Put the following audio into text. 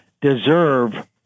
deserve